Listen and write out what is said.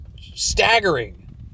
staggering